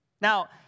Now